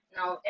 Now